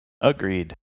Agreed